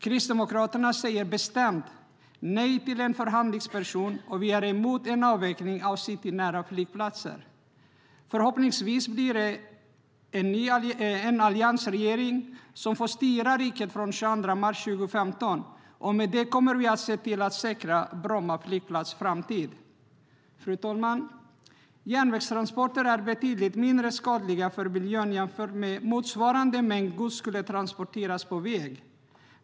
Kristdemokraterna säger bestämt nej till en förhandlingsperson, och vi är emot en avveckling av citynära flygplatser. Förhoppningsvis blir det en alliansregering som får styra riket från den 22 mars 2015, och med det kommer vi att se till att säkra Bromma flygplats framtid. Fru talman! Järnvägstransporter är betydligt mindre skadliga för miljön jämfört med om motsvarande mängd gods skulle transporteras på väg.